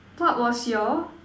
what was your